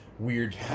Weird